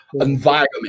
environment